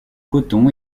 coton